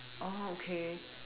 oh okay